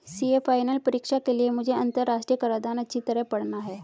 CA final परीक्षा के लिए मुझे अंतरराष्ट्रीय कराधान अच्छी तरह पड़ना है